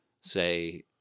say